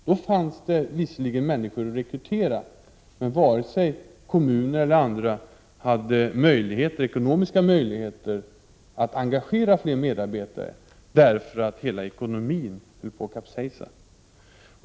Då fanns det visserligen människor att rekrytera, men varken kommuner eller andra hade ekonomiska möjligheter att engagera fler medarbetare därför att hela ekonomin höll på att kapsejsa.